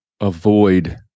avoid